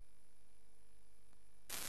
תם